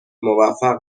موفق